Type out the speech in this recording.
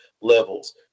levels